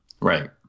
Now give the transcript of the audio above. Right